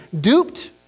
duped